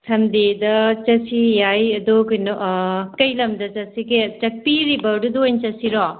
ꯁꯟꯗꯦꯗ ꯆꯠꯁꯤ ꯌꯥꯏ ꯑꯗꯣ ꯀꯩꯅꯣ ꯀꯔꯤ ꯂꯝꯗ ꯆꯠꯁꯤꯒꯦ ꯆꯛꯄꯤ ꯔꯤꯕꯔꯗꯨꯗ ꯑꯣꯏꯅ ꯆꯠꯁꯤꯔꯣ